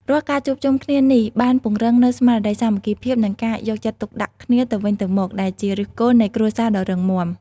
រាល់ការជួបជុំគ្នានេះបានពង្រឹងនូវស្មារតីសាមគ្គីភាព និងការយកចិត្តទុកដាក់គ្នាទៅវិញទៅមក ដែលជាឫសគល់នៃគ្រួសារដ៏រឹងមាំ។